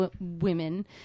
women